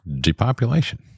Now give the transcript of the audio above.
depopulation